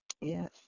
Yes